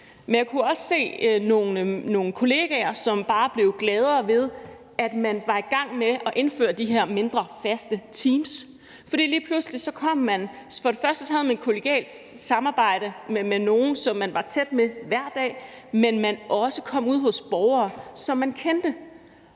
Men jeg kunne også se nogle kollegaer, som bare blev gladere ved, at man var i gang med at indføre de her mindre, faste teams. For det første havde man et kollegialt samarbejde med nogle, som man var tæt med hver dag, men man kom også ude hos borgere, som man kendte.